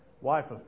wife